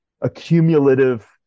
accumulative